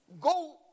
go